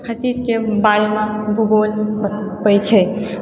हर चीजके बारेमे भूगोल बतबय छै